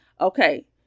Okay